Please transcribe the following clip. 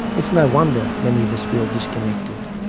it's no wonder many of us feel disconnected.